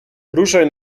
ruszaj